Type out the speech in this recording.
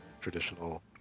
traditional